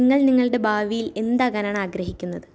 നിങ്ങൾ നിങ്ങളുടെ ഭാവിയിൽ എന്താകാനാണ് ആഗ്രഹിക്കുന്നത്